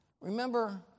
remember